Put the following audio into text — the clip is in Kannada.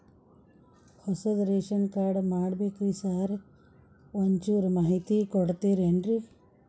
ಹೊಸದ್ ರೇಶನ್ ಕಾರ್ಡ್ ಮಾಡ್ಬೇಕ್ರಿ ಸಾರ್ ಒಂಚೂರ್ ಮಾಹಿತಿ ಕೊಡ್ತೇರೆನ್ರಿ?